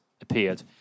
appeared